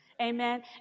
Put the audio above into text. Amen